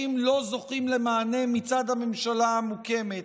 לא זוכים למענה מצד הממשלה המוקמת,